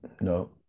No